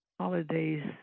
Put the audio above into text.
holidays